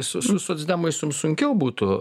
su su socdemais jum sunkiau būtų